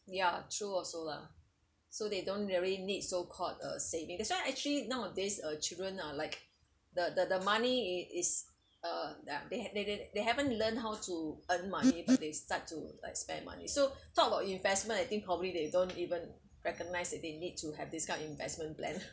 ya true also lah so they don't really need so called a saving that's why actually nowadays uh children are like the the the money is uh ya they had they they they they haven't learned how to earn money but they start to like spend money so talk about investment I think probably they don't even recognize that they need to have this kind of investment plan